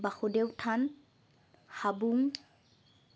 বাসুদেৱ থান হাবুং